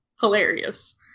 hilarious